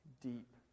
deep